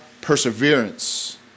perseverance